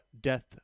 death